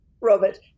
Robert